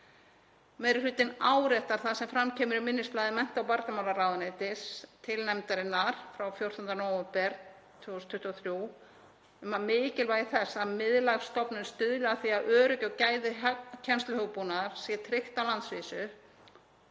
Meiri hlutinn áréttar það sem fram kemur í minnisblaði mennta- og barnamálaráðuneytis til nefndarinnar, frá 14. nóvember 2023, um mikilvægi þess að miðlæg stofnun stuðli að því að öryggi og gæði kennsluhugbúnaðar sé tryggt á landsvísu.